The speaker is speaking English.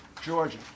Georgia